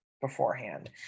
beforehand